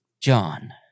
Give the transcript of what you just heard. John